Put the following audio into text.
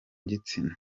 gitsina